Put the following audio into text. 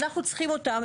אנחנו צריכים אותם,